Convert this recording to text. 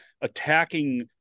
attacking